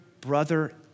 brother